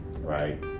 right